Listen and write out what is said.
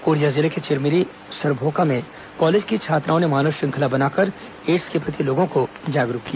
Korea जिले के चिरमिरी सरभोका में कॉलेज की छात्राओं ने मानव श्रृंखला बनाकर एड्स के प्रति लोगों को जागरूक किया